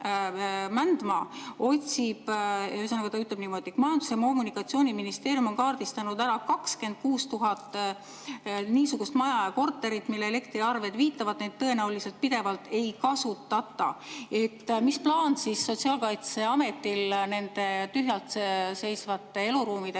niimoodi: Majandus- ja Kommunikatsiooniministeerium on kaardistanud ära 26 000 niisugust maja ja korterit, mille elektriarved viitavad, et neid tõenäoliselt pidevalt ei kasutata. Mis plaan Sotsiaalkindlustusametil nende tühjalt seisvate eluruumidega